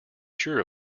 sure